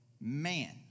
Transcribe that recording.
man